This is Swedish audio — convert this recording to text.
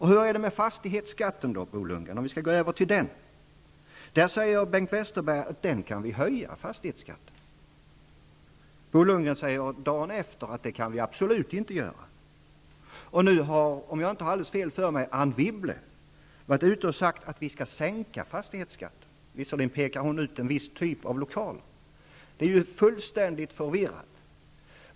Hur är det med fastighetsskatten, Bo Lundgren? Bengt Westerberg säger att vi kan höja fastighetsskatten, och Bo Lundgren säger dagen efter att det kan vi absolut inte göra. Om jag inte tar alldeles fel har nu också Anne Wibble sagt att vi skall sänka fastighetsskatten, även om hon visserligen pekar ut en viss typ av lokaler. Det är ju fullständigt förvirrat!